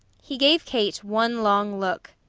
he gave kate one long look.